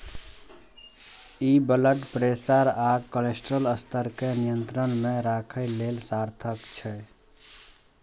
ई blood pressure आ cholesterol स्तर कें नियंत्रण मे राखै लेल सार्थक छै